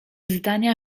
zdania